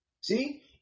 See